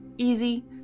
easy